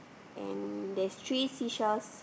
and there's three seesaws